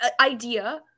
idea